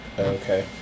okay